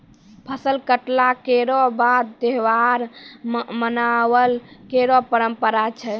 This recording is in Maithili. फसल कटला केरो बाद त्योहार मनाबय केरो परंपरा छै